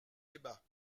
débats